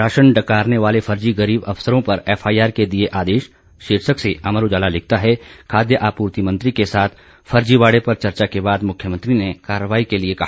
ration डकारने वाले फर्जी गरीब अफसरों पर एफआईआर के दिए आदेश शीर्षक से अमर उजाला लिखता है खाद्य आपूर्ति मंत्री के साथ फर्जीवाड़े पर चर्चा के बाद मुख्यमंत्री ने कार्रवाई के लिए कहा